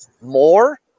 more